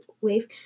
wave